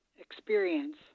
experience